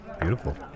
Beautiful